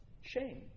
shame